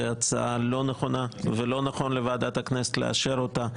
הצעה לא נכונה ולא נכון לוועדת הכנסת לאשר אותה.